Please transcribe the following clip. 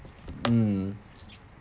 mm